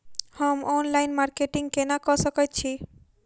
हम online marketing केना कऽ सकैत छी?